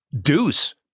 Deuce